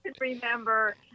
remember